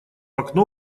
окно